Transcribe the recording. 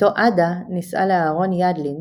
בתו עדה נישאה לאהרון ידלין,